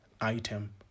item